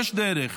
יש דרך.